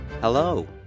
Hello